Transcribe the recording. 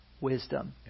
wisdom